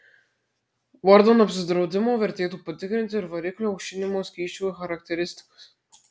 vardan apsidraudimo vertėtų patikrinti ir variklio aušinimo skysčio charakteristikas